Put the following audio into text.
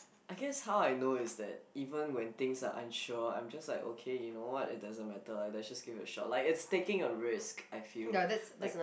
I guess how I know is that even when things are unsure I'm just like okay you know what it doesn't matter like let's just give it a shot like it's take a risk I feel like